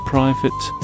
Private